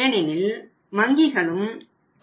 ஏனெனில் வங்கிகளும்